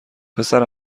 پسر